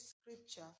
scripture